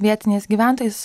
vietiniais gyventojais